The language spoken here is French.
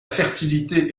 fertilité